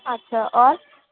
اچھا اور